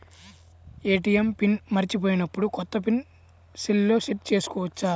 ATM pin మరచిపోయినప్పుడు, కొత్త pin సెల్లో సెట్ చేసుకోవచ్చా?